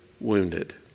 wounded